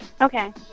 Okay